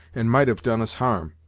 and might have done us harm.